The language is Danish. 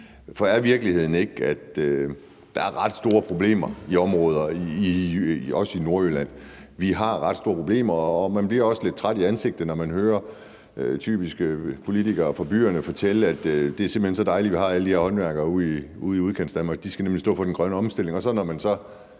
For er virkeligheden ikke, at der er ret store problemer i områder, også i Nordjylland? Vi har ret store problemer, og man bliver også lidt træt i ansigtet, når man hører politikere, typisk fra byerne, fortælle, at det simpelt hen er så dejligt, at vi har alle de her håndværkere ude i Udkantsdanmark, for de skal nemlig stå for den grønne omstilling, og de så